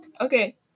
Okay